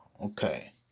Okay